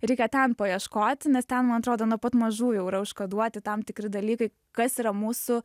reikia ten paieškoti nes ten man atrodo nuo pat mažų jau yra užkoduoti tam tikri dalykai kas yra mūsų